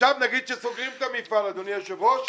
עכשיו נגיד שסוגרים את המפעל, אדוני היושב-ראש,